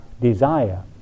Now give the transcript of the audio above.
desire